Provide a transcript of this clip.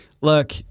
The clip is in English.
Look